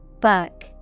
Buck